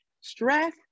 Stress